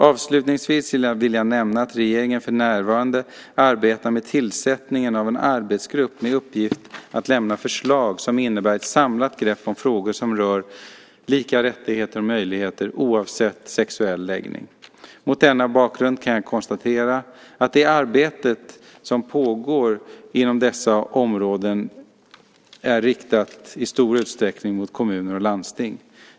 Avslutningsvis vill jag nämna att regeringen för närvarande arbetar med tillsättningen av en arbetsgrupp med uppgift att lämna förslag som innebär ett samlat grepp om frågor som rör lika rättigheter och möjligheter oavsett sexuell läggning. Mot denna bakgrund kan jag konstatera att det pågår ett arbete med dessa frågor riktat mot kommuner och landsting.